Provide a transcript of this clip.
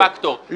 -- זה פקטור.